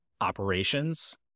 operations